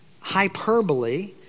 hyperbole